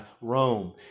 Rome